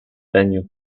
venue